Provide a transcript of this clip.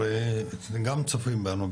הרי גם צופים בנו,